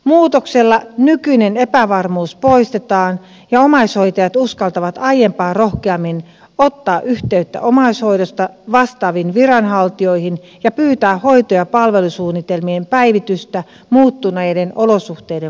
muutoksella nykyinen epävarmuus poistetaan ja omaishoitajat uskaltavat aiempaa rohkeammin ottaa yhteyttä omaishoidosta vastaaviin viranhaltijoihin ja pyytää hoito ja palvelusuunnitelmien päivitystä muuttuneiden olosuhteiden mukaisesti